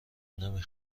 نمی